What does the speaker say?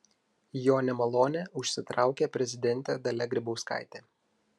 jo nemalonę užsitraukė prezidentė dalia grybauskaitė